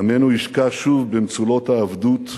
עמנו ישקע שוב במצולת העבדות,